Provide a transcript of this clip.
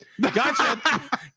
Gotcha